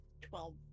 twelve